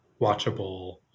watchable